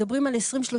מדברים על 2035,